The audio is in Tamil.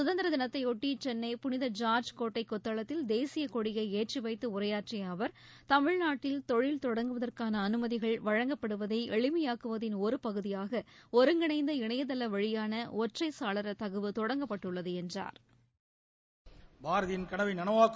சுதந்திர தினத்தைபொட்டி சென்னை புனித ஜார்ஜ் கோட்டை கொத்தளத்தில் தேசியக்கொடியை ஏற்றிவைத்து உரையாற்றிய அவர் தமிழ்நாட்டில் தொழில் தொடங்குவதற்கான அனுமதிகள் வழங்கப்படுவதை எளிமையாக்குவதின் ஒரு பகுதியாக ஒருங்கிணைந்த இணையதள வழியான ஒற்றைச்சாளர தகவு தொடங்கப்பட்டுள்ளது என்றாா்